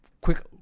quick